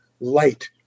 light